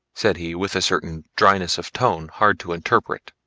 said he with a certain dryness of tone hard to interpret.